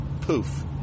Poof